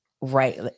right